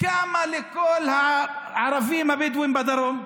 כמה לכל הערבים הבדואים בדרום?